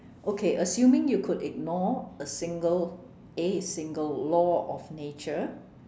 okay assuming you could ignore a single a single law of nature